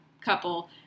couple